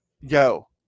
yo